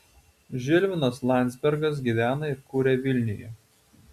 žilvinas landzbergas gyvena ir kuria vilniuje